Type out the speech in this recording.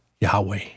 Yahweh